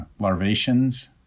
larvations